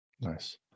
Nice